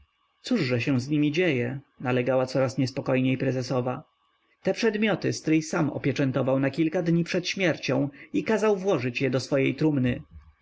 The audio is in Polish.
miniatura co-że się z niemi dzieje nalegała coraz niespokojniej prezesowa te przedmioty stryj sam opieczętował na kilka dni przed śmiercią i kazał włożyć je do swojej trumny